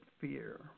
fear